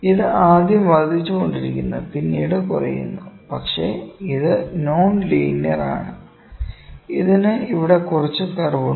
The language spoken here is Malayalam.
ഇത് ആദ്യം വർദ്ധിച്ചു കൊണ്ടിരിക്കുന്നു പിന്നീട് കുറയുന്നു പക്ഷേ ഇത് നോൺ ലീനിയർ ആണ് ഇതിന് ഇവിടെ കുറച്ച് കർവുണ്ട്